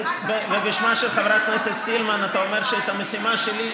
ובשמה של חברת הכנסת סילמן אתה אומר שאת המשימה שלי,